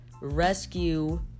rescue